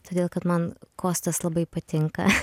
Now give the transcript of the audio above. todėl kad man kostas labai patinka